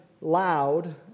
loud